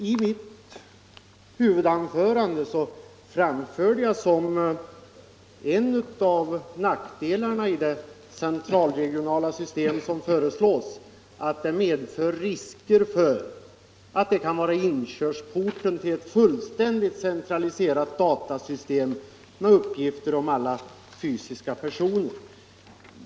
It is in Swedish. I mitt huvudanförande framförde jag som en av nackdelarna i det central/regionala system som föreslås, att det medför risk för att det kan vara inkörsporten till ett fullständigt centraliserat datasystem med uppgifter om alla fysiska personer.